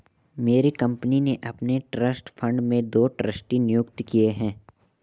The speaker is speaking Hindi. मेरी कंपनी ने अपने ट्रस्ट फण्ड में दो ट्रस्टी नियुक्त किये है